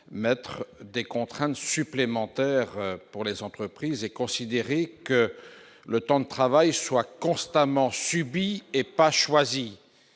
mettre des contraintes supplémentaires pour les entreprises et considérer que le temps de travail soit constamment subi et pas choisi,